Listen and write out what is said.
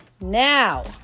Now